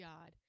God